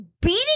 beating